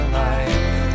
life